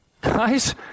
Guys